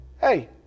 hey